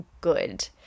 good